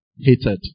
hated